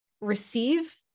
receive